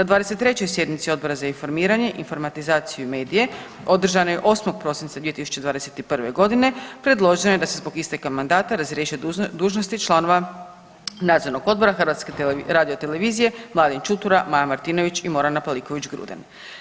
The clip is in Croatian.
Na 23. sjednici Odbora za informiranje, informatizaciju i medije održanoj 8. prosinca 2021.g. predloženo je da se zbog isteka mandata razriješe dužnosti članova Nadzornog odbora HRT-a Mladen Čutura, Maja Martinović i Morana Pavliković Gruden.